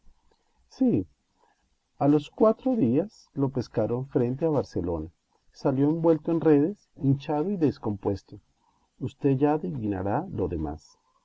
sí a los cuatro días lo pescaron frente a barcelona salió envuelto en redes hinchado y descompuesto usted ya adivinará lo demás